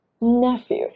nephew